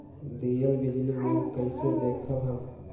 दियल बिजली बिल कइसे देखम हम?